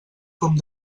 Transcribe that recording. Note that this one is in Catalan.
com